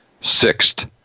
sixth